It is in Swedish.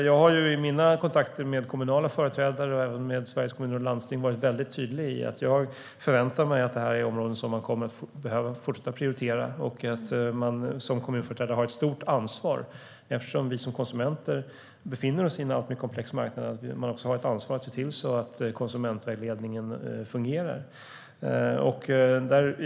Jag har i mina kontakter med kommunala företrädare och även med Sveriges Kommuner och Landsting varit väldigt tydlig med att jag förväntar mig att det här är områden som kommer att fortsätta prioriteras. Kommunföreträdare har ett stort ansvar att se till att konsumentvägledningen fungerar, eftersom vi konsumenter befinner oss på en alltmer komplex marknad.